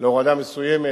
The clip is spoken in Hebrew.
להורדה מסוימת.